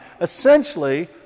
essentially